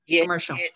commercial